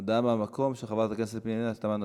הודעה מהמקום של חברת הכנסת פנינה תמנו-שטה.